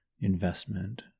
investment